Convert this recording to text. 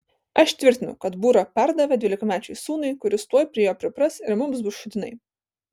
aš tvirtinu kad būrą perdavė dvylikamečiui sūnui kuris tuoj prie jo pripras ir mums bus šūdinai